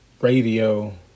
Radio